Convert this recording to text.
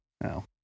No